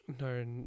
No